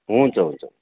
हुन्छ हुन्छ